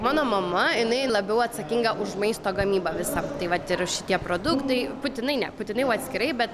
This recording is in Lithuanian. mano mama jinai labiau atsakinga už maisto gamybą visą tai vat ir šitie produktai putinai ne putinai jau atskirai bet